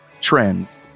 trends